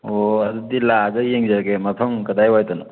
ꯑꯣ ꯑꯗꯨꯗꯤ ꯂꯥꯛꯑꯒ ꯌꯦꯡꯖꯒꯦ ꯃꯐꯝ ꯀꯗꯥꯏꯋꯥꯏꯗꯅꯣ